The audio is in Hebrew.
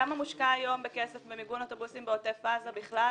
כמה מושקע היום בכסף במיגון אוטובוסים בעוטף עזה בכלל,